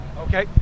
Okay